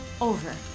Over